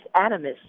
animus